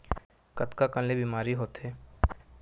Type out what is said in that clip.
कतका कन ले बीमा होथे?